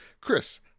Chris